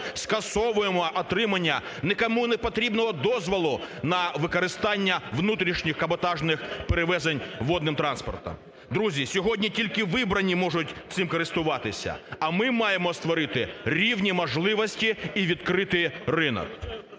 скасовуємо отримання нікому непотрібного дозволу на використання внутрішніх каботажних перевезень водним транспортом. Друзі, сьогодні тільки вибрані можуть цим користуватися, а ми маємо створити рівні можливості і відкрити ринок.